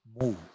move